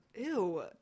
ew